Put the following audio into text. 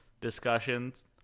discussions